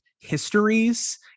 histories